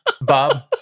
Bob